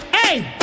Hey